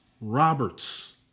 Roberts